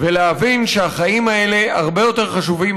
ולהבין שהחיים האלה הרבה יותר חשובים